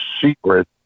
secret